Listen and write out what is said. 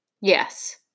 Yes